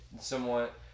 somewhat